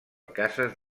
cases